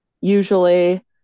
usually